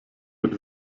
mit